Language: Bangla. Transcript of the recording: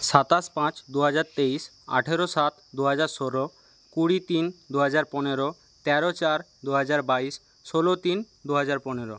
সাতাশ পাঁচ দু হাজার তেইশ আঠেরো সাত দু হাজার ষোলো কুড়ি তিন দু হাজার পনেরো তেরো চার দু হাজার বাইশ ষোলো তিন দু হাজার পনেরো